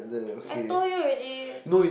I told you already